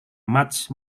much